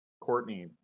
courtney